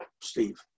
Steve